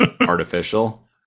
Artificial